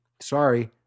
sorry